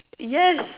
yes